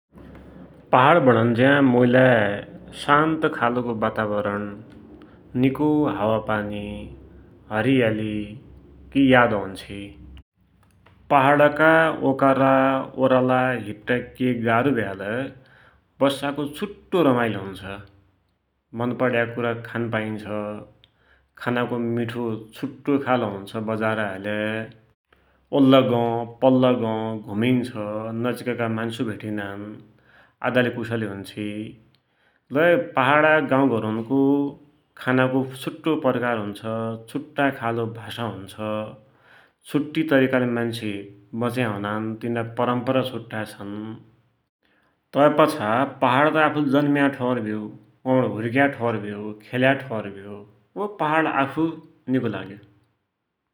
पहाड भुणुन्ज्या मुइलाई शान्त खालको वातारवण, निको हावापानी, हरियालिकि याद खौन्छी, पहाडका ओकाला ओराला हिट्टाकी केइ गाह्रो भ्यालै बस्साको छुट्टोइ रमाइलो हुन्छ । मन पड्या कुरा खान पाइन्छ, खानाको मीठो छुट्टोइ खालको हुन्छ बजाराहैलै, ओल्ला गौँ पल्ला गौँ घुमिन्छ, नजिकका मान्सु भेटिनान्, आदालीकुसली हुन्छी, लै पहाडका गौघरुन्को खानाको छुट्टोइ परिकार हुन्छ, छुट्टाइ खालको भाषा हुन्छ, छुट्टि खालले मान्सु बच्या हुनान्, तिनरा परम्परा छुट्टाइ छन्, तै पाछा पहाड त आफु जन्म्या ठौर भ्यो, हुर्क्या ठौर भ्यो, खेल्या ठौर भ्यो, अनि पहाड आफुइ निको लाग्यो ।